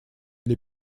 для